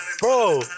Bro